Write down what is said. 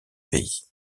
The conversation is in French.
pays